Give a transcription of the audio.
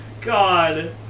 God